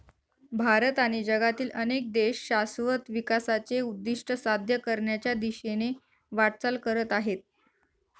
भारत आणि जगातील अनेक देश शाश्वत विकासाचे उद्दिष्ट साध्य करण्याच्या दिशेने वाटचाल करत आहेत